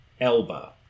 Elba